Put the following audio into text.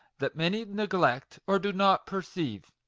that many neglect, or do not perceive.